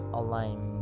online